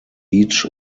each